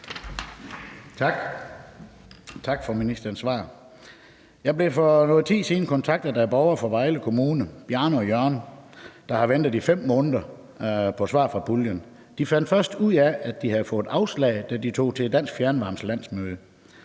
Tak. Tak for ministerens svar. Jeg blev for noget tid siden kontaktet af borgere fra Vejle Kommune, Bjarne og Jørgen, der har ventet i 5 måneder på svar fra puljen. De fandt først ud af, at de havde fået afslag, da de tog til Dansk Fjernvarmes landsmøde.